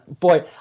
boy